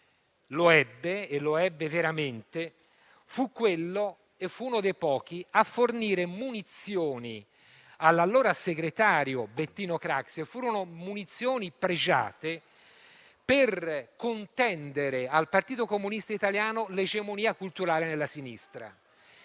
un ruolo (e lo ebbe veramente), fu quello (e fu uno dei pochi) di fornire munizioni all'allora segretario Bettino Craxi (e furono munizioni pregiate) per contendere al Partito Comunista Italiano l'egemonia culturale nella sinistra.